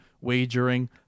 wagering